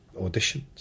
auditions